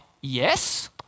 yes